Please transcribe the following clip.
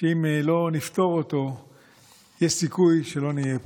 שאם לא נפתור אותו יש סיכוי שלא נהיה פה.